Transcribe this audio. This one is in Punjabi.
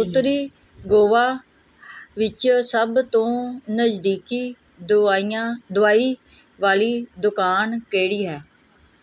ਉੱਤਰੀ ਗੋਆ ਵਿੱਚ ਸਭ ਤੋਂ ਨਜ਼ਦੀਕੀ ਦਵਾਈਆਂ ਦਵਾਈ ਵਾਲੀ ਦੁਕਾਨ ਕਿਹੜੀ ਹੈ